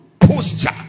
posture